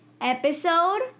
episode